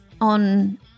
on